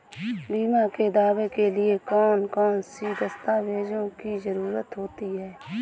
बीमा के दावे के लिए कौन कौन सी दस्तावेजों की जरूरत होती है?